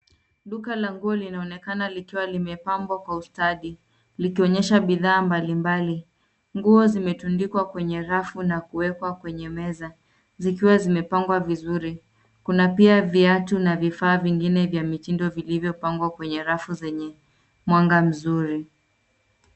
Duka la nguo linaonekana likiwa limepambwa kwa ustadi, likionyesha bidhaa mbalimbali. Nguo zimetundikwa kwenye rafu na kuekwa kwenye meza, zikiwa zimepangwa vizuri. Kuna pia viatu na vifaa vingine vya mitindo vilivyopangwa kwenye rafu zenye mwanga mzuri.